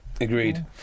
Agreed